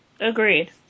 Agreed